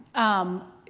um,